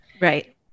right